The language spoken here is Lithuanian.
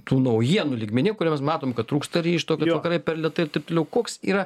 tų naujienų lygmeny kur mes matom kad trūksta ryžto kad vakarai per lėtai taip toliau koks yra